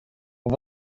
och